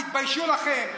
תתביישו לכם.